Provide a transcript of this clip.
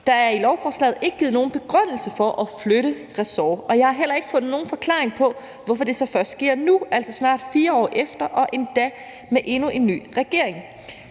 Der er i lovforslaget ikke givet nogen begrundelse for at flytte ressort, og jeg har heller ikke fundet nogen forklaring på, hvorfor det så først sker nu, altså snart 4 år efter og endda med endnu en ny regering,